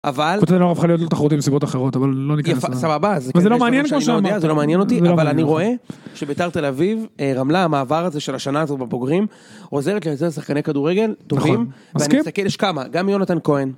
אבל... וזה לא הופך להיות תחרות עם סיבות אחרות, אבל לא ניכנס לזה. יפה, סבבה, אבל זה לא מעניין כמו שאמרת.אני יודע, זה לא מעניין אותי, אבל אני רואה שביתר תל אביב, רמלה, המעבר הזה של השנה הזאת בבוגרים, עוזרת לשחקני כדורגל טובים, ואני מסתכל, יש כמה, גם יונתן כהן.